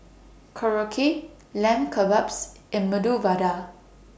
Korokke Lamb Kebabs and Medu Vada